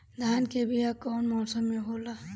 धान के बीया कौन मौसम में होला?